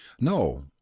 No